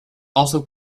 also